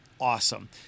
awesome